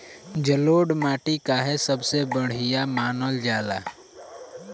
जलोड़ माटी काहे सबसे बढ़िया मानल जाला?